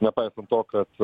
nepaisant to kad